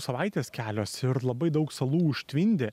savaitės kelios ir labai daug salų užtvindė